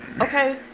okay